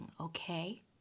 okay